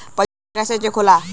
पैसा कइसे चेक होला?